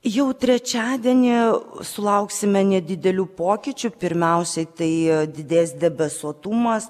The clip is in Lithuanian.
jau trečiadienį sulauksime nedidelių pokyčių pirmiausiai tai didės debesuotumas